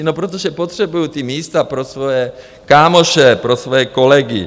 No protože potřebují ta místa pro svoje kámoše, pro svoje kolegy.